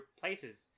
places